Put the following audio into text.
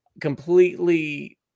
completely